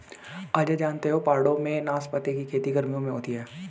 अजय जानते हो पहाड़ों में नाशपाती की खेती गर्मियों में होती है